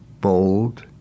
bold